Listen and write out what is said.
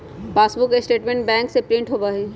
passbook statement bank से print होबा हई